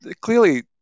clearly